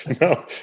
no